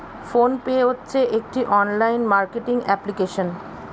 phone pay হচ্ছে একটি online marketing application